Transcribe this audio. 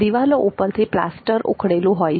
દીવાલો ઉપરથી પ્લાસ્ટર ઊખડેલુ હોય છે